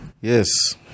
Yes